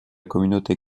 communauté